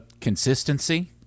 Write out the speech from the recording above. consistency